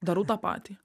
darau tą patį